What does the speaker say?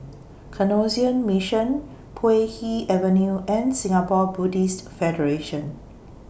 Canossian Mission Puay Hee Avenue and Singapore Buddhist Federation